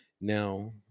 Now